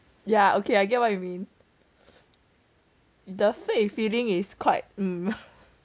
ya okay I get what you mean the 废 you feeling is quite mm